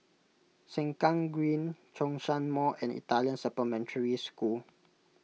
Sengkang Green Zhongshan Mall and Italian Supplementary School